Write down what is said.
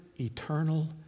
eternal